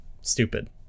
stupid